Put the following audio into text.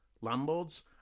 landlords